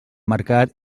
mercat